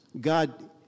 God